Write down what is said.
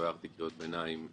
לא הערתי קריאות ביניים,